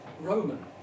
Roman